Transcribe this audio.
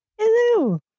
Hello